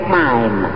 time